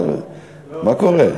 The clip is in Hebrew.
מה קורה?